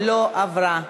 לא עברה.